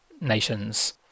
nations –